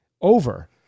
over